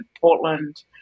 Portland